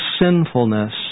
sinfulness